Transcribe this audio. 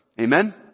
Amen